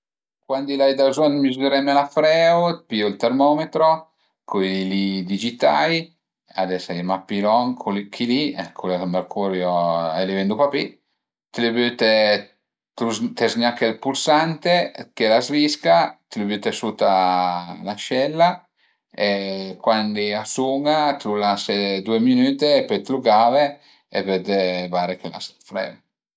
Cuandi l'ai da bezogn dë misüreme la freu, piu ën termometro, cui li digitai, ades a ie mach pi lon, chi li, culi cun ël mercurio a li vendu pa pi, t'lu büte, të zgnache ël pulsante, chiel a s'visca, t'lu büte sut a l'ascella e cuandi a sun-a, tl'u lase düe minüte e pöi t'lu gave e vëdde vaire che l'as dë freu